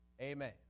Amen